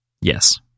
Yes